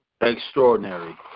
extraordinary